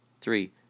Three